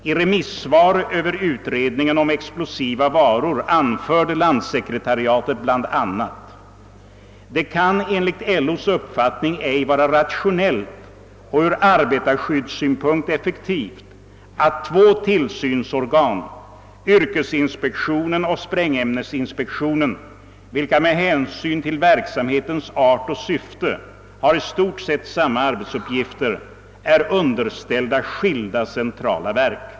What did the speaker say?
I remissvar över utredningen om explosiva varor anförde landssekretariatet bl.a.: ”Det kan enligt LO:s uppfattning ej vara rationellt och ur arbetarskyddssynpunkt effektivt att två tillsynsorgan, yrkesinspektionen och sprängämnesinspektionen, vilka med hänsyn till verksamhetens art och syfte har i stort sett samma arbetsuppgifter, är underställda skilda centrala verk.